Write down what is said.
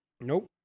Nope